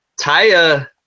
Taya